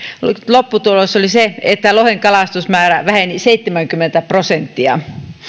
lopputulos oli se että lohen kalastusmäärä väheni seitsemänkymmentä prosenttia